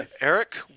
Eric